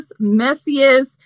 messiest